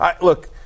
Look